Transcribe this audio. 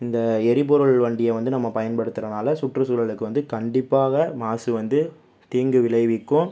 இந்த எரிபொருள் வண்டியை வந்து நம்ம பயன்படுத்துவதுனால சுற்றுச்சூழலுக்கு வந்து கண்டிப்பாக மாசு வந்து தீங்கு விளைவிக்கும்